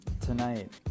tonight